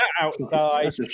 outside